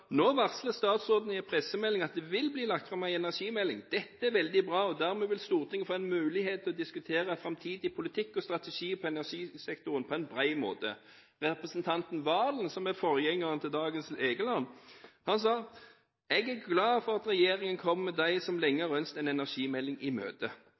nå. Representanten Rudihagen, som er til stede, sa: varslar no statsråden i pressemeldinga at det vil bli lagt fram ei energimelding.» Videre sa han: «Dette er veldig bra, og dermed vil Stortinget få ei moglegheit til å diskutere framtidig politikk og strategi på energisektoren på ein brei måte.» Representatnten Serigstad Valen, som er forgjengeren til dagens Egeland, sa: «Jeg er glad for at regjeringen kommer dem som lenge